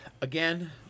again